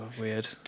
weird